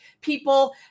people